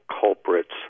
culprits